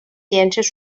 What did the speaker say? ciències